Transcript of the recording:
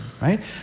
right